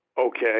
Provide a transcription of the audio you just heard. Okay